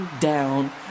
down